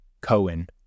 Cohen